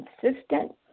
consistent